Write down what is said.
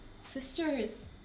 Sisters